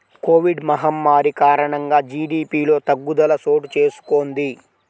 Covid మహమ్మారి కారణంగా జీడీపిలో తగ్గుదల చోటుచేసుకొంది